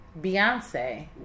Beyonce